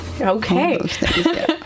Okay